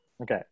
okay